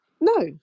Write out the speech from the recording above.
no